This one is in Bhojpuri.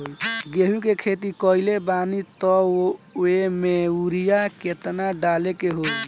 गेहूं के खेती कइले बानी त वो में युरिया केतना डाले के होई?